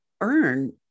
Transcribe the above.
earn